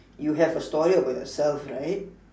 you have a story about yourself right